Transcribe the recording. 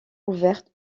ouvertes